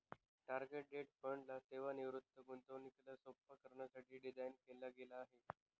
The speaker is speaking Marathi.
टार्गेट डेट फंड ला सेवानिवृत्तीसाठी, गुंतवणुकीला सोप्प करण्यासाठी डिझाईन केल गेल आहे